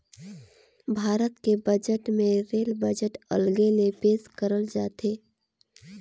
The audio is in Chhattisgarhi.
भारत के बजट मे रेल बजट अलगे ले पेस करल जाथे